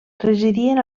residien